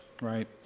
Right